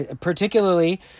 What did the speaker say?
Particularly